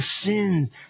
sin